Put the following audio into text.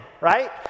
right